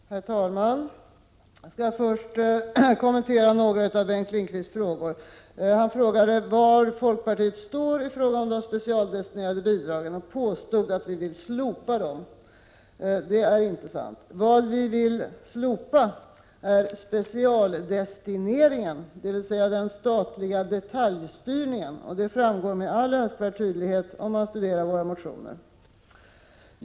Herr talman! Jag skall först kommentera några av Bengt Lindqvists frågor. Han frågade var folkpartiet står i fråga om de specialdestinerade bidragen och påstod att vi vill slopa dem. Det är inte sant. Vad vi vill slopa är specialdestineringen, dvs. den statliga detaljstyrningen. Det framgår med all önskvärd tydlighet om man studerar våra motioner.